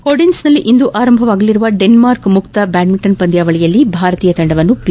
ಒಡೆನ್ಸ್ನಲ್ಲಿ ಇಂದು ಆರಂಭಗೊಳ್ಳಲಿರುವ ಡೆನ್ವಾರ್ಕ್ ಮುಕ್ತ ಬ್ಯಾಡ್ಡಿಂಟನ್ ಪಂದ್ಯಾವಳಿಯಲ್ಲಿ ಭಾರತೀಯ ತಂಡವನ್ನು ಪಿ